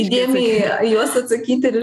įdėmiai į juos atsakyti